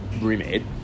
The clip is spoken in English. Remade